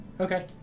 Okay